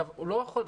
הוא לא יכול.